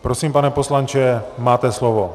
Prosím, pane poslanče, máte slovo.